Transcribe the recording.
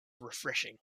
refreshing